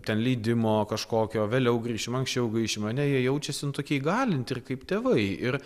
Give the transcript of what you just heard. ten leidimo kažkokio vėliau grįšim anksčiau grįšim ane jie jaučiasi nu tokie įgalinti ir kaip tėvai ir